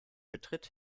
betritt